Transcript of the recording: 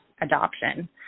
adoption